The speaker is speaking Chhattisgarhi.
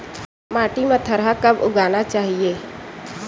माटी मा थरहा कब उगाना चाहिए?